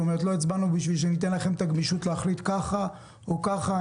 לא הצבענו כדי לתת לכם את הגמישות להחליט ככה או ככה.